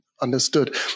understood